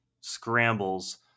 scrambles